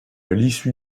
l’issue